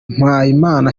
mpayimana